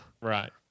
Right